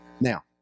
Now